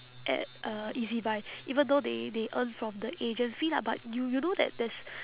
at uh ezbuy even though they they earn from the agent fee lah but you you know that there's